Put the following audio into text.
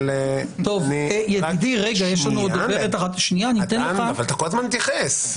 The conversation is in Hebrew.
אבל אתה לא נותן להתייחס.